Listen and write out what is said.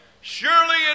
Surely